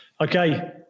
okay